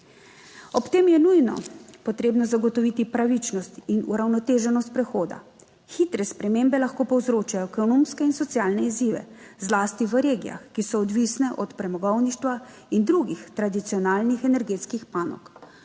Ob tem je nujno potrebno zagotoviti pravičnost in uravnoteženost prehoda. Hitre spremembe lahko povzročijo ekonomske in socialne izzive, zlasti v regijah, ki so odvisne od premogovništva in drugih tradicionalnih energetskih panog.